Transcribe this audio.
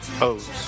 O's